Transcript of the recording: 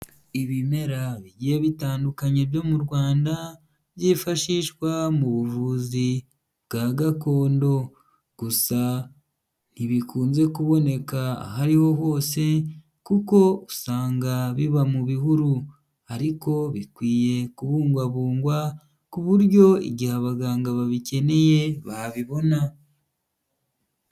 Ibimera bigiye bitandukanye byo mu Rwanda byifashishwa mu buvuzi bwa gakondo, gusa ntibikunze kuboneka aho ariho hose kuko usanga biba mu bihuru, ariko bikwiye kubungwabungwa ku buryo igihe abaganga babikeneye babibona.